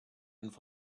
and